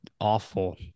awful